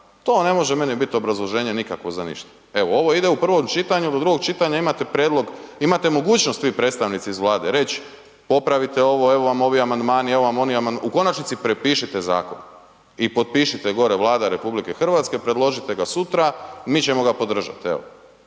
to ne može meni biti obrazloženje nikako za ništa. Evo ovo ide u prvom čitanju, do drugog čitanja imate prijedlog, imate mogućnost vi predstavnici iz Vlade reć popravite ovo, evo vam ovi amandmani, evo vam oni amandmani, u konačnici, prepišite zakon i potpišite gore Vlada RH, predložite ga sutra, mi ćemo ga podržati,